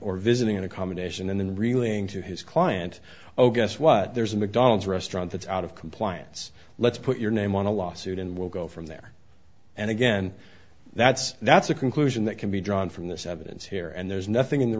or visiting an accommodation and then reeling to his client oh guess what there's a mcdonald's restaurant that's out of compliance let's put your name on a lawsuit and we'll go from there and again that's that's a conclusion that can be drawn from this evidence here and there's nothing in the